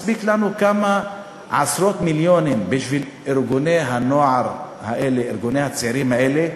מספיקים לנו כמה עשרות מיליונים בשביל ארגוני הנוער והצעירים האלה,